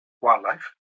wildlife